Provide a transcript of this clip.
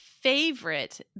favorite